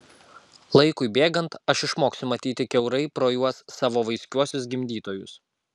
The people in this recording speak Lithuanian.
laikui bėgant aš išmoksiu matyti kiaurai pro juos savo vaiskiuosius gimdytojus